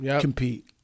compete